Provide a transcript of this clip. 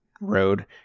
road